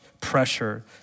pressure